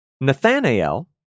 Nathanael